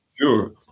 Sure